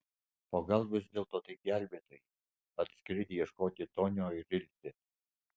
o gal vis dėlto tai gelbėtojai atskridę ieškoti tonio ir ilzės